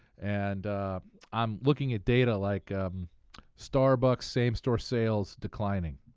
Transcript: and i'm looking at data like starbucks same-store sales declining.